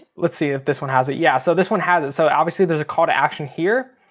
let's see if this one has it. yeah, so this one has it. so obviously there's a call to action here,